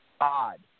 odd